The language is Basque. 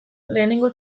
lehenengo